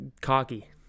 cocky